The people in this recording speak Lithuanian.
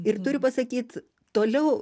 ir turiu pasakyt toliau